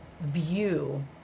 view